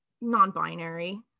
non-binary